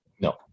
No